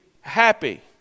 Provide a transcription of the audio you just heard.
happy